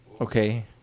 Okay